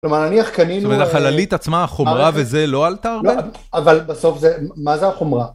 כלומר, נניח קנינו... זאת אומרת, החללית עצמה, החומרה וזה, לא עלתה הרבה? לא, אבל בסוף זה... מה זה החומרה?